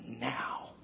now